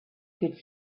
could